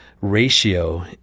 ratio